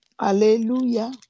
Hallelujah